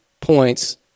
points